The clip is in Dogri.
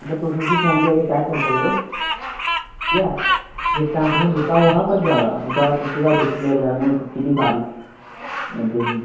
अगर तुस उस्सी फोन गी आइयै चैक्क करी सकदे ठीक ऐ जिस टाइम तुसें दित्ता ओह् हा भज्जे दा जैदा टुट्टी दा डिसप्ले बगैरा नुआढ़ी टुट्टी दी ही सारी केह् आखदे